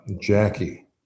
Jackie